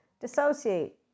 dissociate